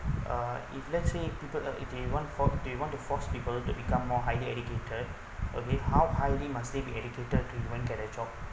uh if let's say people if you want to force if you want to force people to become more highly educated okay how highly must they be educated to even get a job